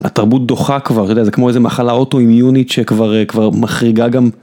התרבות דוחה כבר, אתה יודע זה כמו איזה מחלה אוטו אמיונית שכבר מחריגה גם.